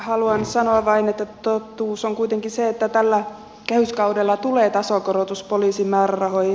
haluan sanoa vain että totuus on kuitenkin se että tällä kehyskaudella tulee tasokorotus poliisin määrärahoihin